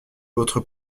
votre